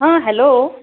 हां हॅलो